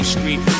Street